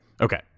Okay